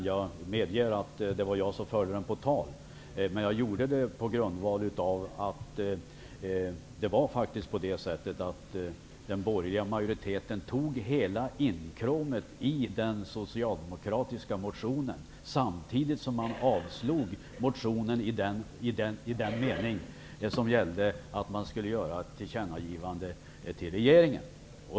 Jag medger att det var jag som förde den på tal, men jag gjorde det därför att den borgerliga majoriteten faktiskt tog hela inkråmet i den socialdemokratiska motionen men avslog dess krav på ett tillkännagivande till regeringen.